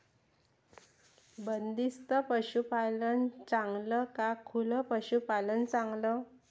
बंदिस्त पशूपालन चांगलं का खुलं पशूपालन चांगलं?